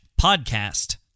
podcast